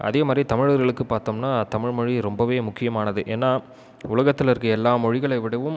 அதே மாதிரி தமிழர்களுக்கு பார்த்தோம்னா தமிழ்மொழி ரொம்பவே முக்கியமானது ஏனால் உலகத்தில் இருக்குகிற எல்லா மொழிகளை விடவும்